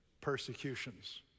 Persecutions